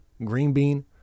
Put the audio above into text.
Greenbean